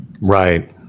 right